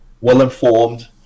well-informed